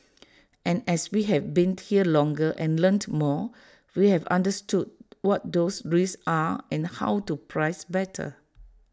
and as we have been here longer and learnt more we have understood what those risks are and how to price better